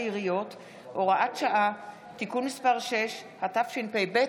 בכסלו התשפ"ב,